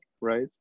right